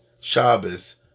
Shabbos